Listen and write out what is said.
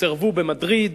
סירבו במדריד,